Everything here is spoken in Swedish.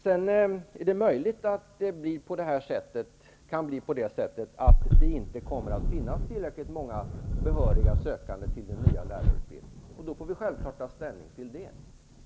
Det är möjligt att det inte kommer att finnas tillräckligt många behöriga sökanden till den nya lärarutbildningen. Då får vi naturligtvis ta ställning till det.